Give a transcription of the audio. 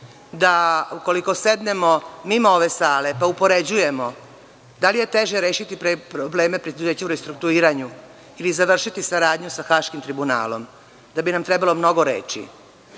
da ukoliko sednemo mimo ove sale, pa upoređujemo da li je teže rešiti probleme preduzeća u restrukturiranju ili završiti saradnju sa Haškim tribunalom, da bi nam trebalo mnogo reči